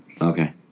Okay